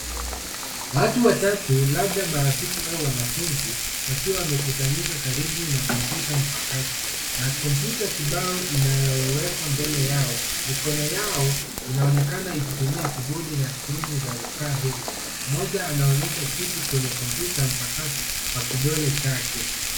Watu watatu, labda marafiki au wanafunzi, wakiwa wamekusanyika karibu na kompyuta mpakato. Na kompyuta kibao inayowekwa mbele yao. Mikono yao inaonekana ikitumia kibodi na skrini za vifaa hivyo. Mmoja anaonyesha kitu kwenye kompyuta mpakato kwa kidole chake.